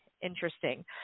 interesting